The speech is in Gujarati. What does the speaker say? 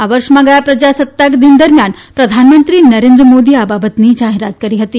આ વર્ષમાં ગયા પ્રજાસત્તાકદિન દરમિયાન પ્રધાનમંત્રી નરેન્દ્ર મોદીએ આ બાબતની જાહેરાત કરી હતી